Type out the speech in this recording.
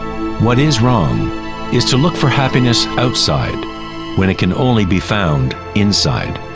what is wrong is to look for happiness outside when it can only be found inside.